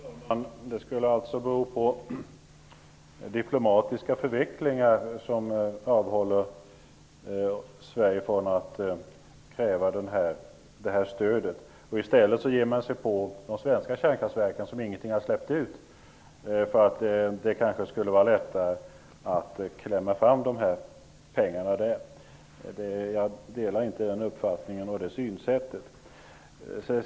Herr talman! Det skulle alltså vara diplomatiska förvecklingar som avhåller Sverige från att kräva det här stödet. I stället ger man sig på de svenska kärnkraftverken, som ingenting har släppt ut, för att det kanske skulle vara lättare att klämma fram pengarna där. Jag delar inte den uppfattningen och det synsättet.